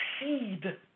seed